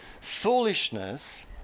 Foolishness